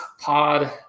pod